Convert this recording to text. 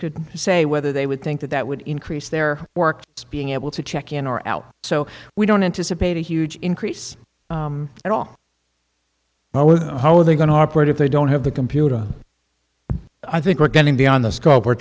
could say whether they would think that that would increase their work it's being able to check in or out so we don't anticipate a huge increase at all with how they're going to operate if they don't have the computer and i think we're getting beyond the scope we're